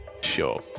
Sure